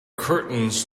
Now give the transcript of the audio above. curtains